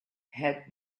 had